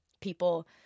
people